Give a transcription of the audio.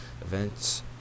events